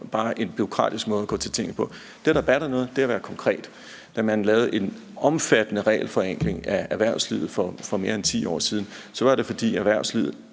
bare en bureaukratisk måde at gå til tingene på. Det, der batter noget, er at være konkret. Da man lavede en omfattende regelforenkling for erhvervslivet for mere end 10 år siden, var det, fordi erhvervslivet